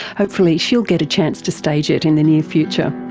hopefully she'll get a chance to stage it in the near future.